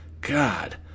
God